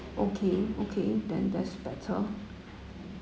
okay okay then that's better